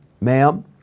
Ma'am